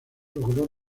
logró